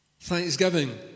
Thanksgiving